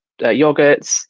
yogurts